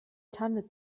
tanne